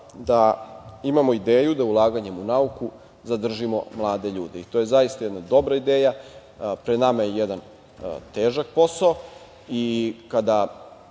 da imamo ideju da ulaganjem u nauku zadržimo mlade ljude. To je zaista jedna dobra ideja. Pred nama je jedan težak posao. Kada